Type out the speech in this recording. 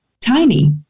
tiny